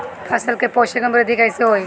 फसल के पोषक में वृद्धि कइसे होई?